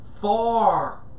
far